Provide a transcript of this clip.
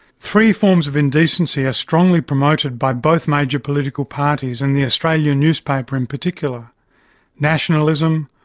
three forms of indecency are strongly promoted by both major political parties, and the australian newspaper in particular nationalism,